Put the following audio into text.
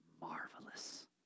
marvelous